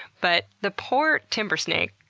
but the poor timber snake,